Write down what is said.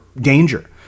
danger